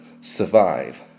survive